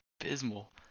abysmal